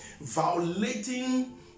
violating